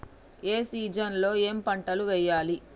ఏ season లో ఏం పంటలు వెయ్యాలి?